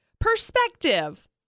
perspective